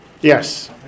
Yes